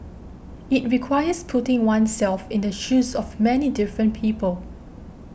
it requires putting oneself in the shoes of many different people